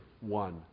one